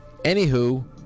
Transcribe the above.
Anywho